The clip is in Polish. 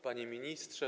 Panie Ministrze!